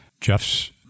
Jeff's